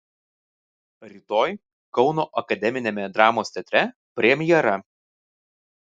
rytoj kauno akademiniame dramos teatre premjera